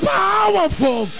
powerful